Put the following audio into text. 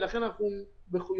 ולכן אנחנו יושבים,